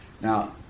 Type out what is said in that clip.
Now